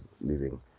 living